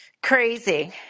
Crazy